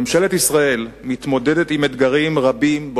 ממשלת ישראל מתמודדת בו בזמן עם אתגרים רבים.